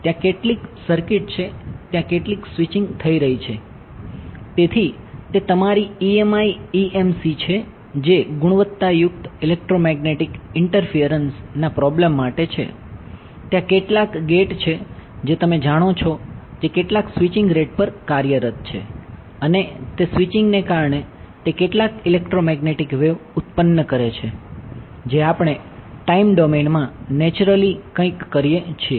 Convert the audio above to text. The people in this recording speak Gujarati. તેથી તે વધુ ડાઉન ટુ અર્થ માં નેચરલી કંઈક કરીએ છીએ